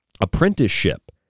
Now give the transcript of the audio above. apprenticeship